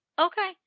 Okay